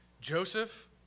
Joseph